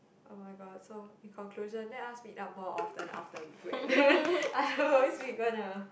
oh-my-god so in conclusion let us meet up more often after we grad afterwards we gonna